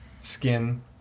skin